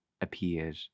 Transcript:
appeared